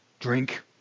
Drink